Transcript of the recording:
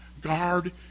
Guard